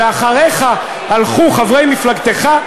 ואחריך הלכו חברי מפלגתך,